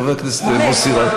חבר הכנסת מוסי רז,